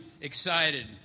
excited